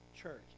church